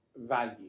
value